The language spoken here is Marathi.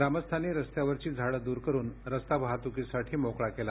ग्रामस्थांनी रस्त्यावरची झाड दूर करुन रस्ता वाहतुकीसाठी मोकळा केला